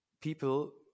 people